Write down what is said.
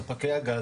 ספקי הגז,